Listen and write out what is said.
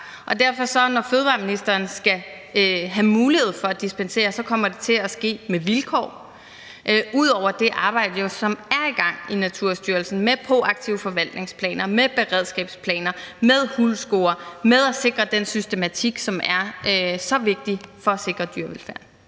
fravige. Så når fødevareministeren skal have mulighed for at dispensere, så kommer det til at ske med vilkår, ud over det arbejde, som jo er i gang i Naturstyrelsen med proaktive forvaltningsplaner, med beredskabsplaner, med huldscore og med at sikre den systematik, som er så vigtig for at sikre dyrevelfærden.